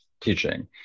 teaching